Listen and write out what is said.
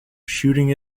shooting